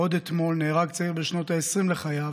עוד אתמול נהרג צעיר בשנות העשרים לחייו,